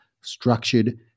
Structured